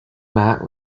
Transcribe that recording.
mat